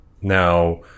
now